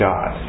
God